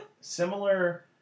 similar